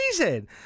amazing